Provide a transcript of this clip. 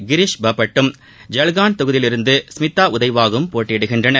கிரிஸ் பாபட்டும் ஜல்காவுள் தொகுதியிலிருந்து ஸ்மிதா உதய்வாகும் போட்டியிடுகின்றனர்